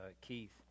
Keith